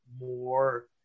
more